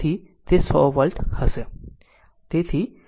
તેથી તે 100 વોલ્ટ હશે